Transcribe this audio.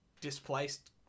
displaced